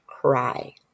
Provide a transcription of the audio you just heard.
cry